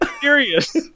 serious